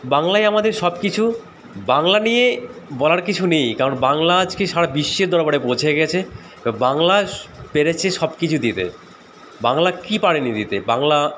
বাংলায় আমাদের সব কিছু বাংলা নিয়ে বলার কিছু নেই কারণ বাংলা আজকে সারা বিশ্বের দরবাবে পৌঁছে গেছে বাংলা পেরেছে সব কিছু দিতে বাংলা কী পারেনি দিতে বাংলা